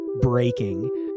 breaking